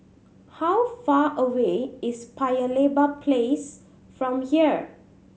how far away is Paya Lebar Place from here